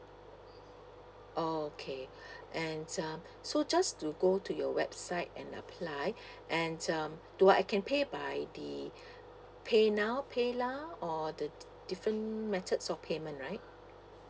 okay and um so just to go to your website and apply and um do I can pay by the paynow paylah or the different methods of payment right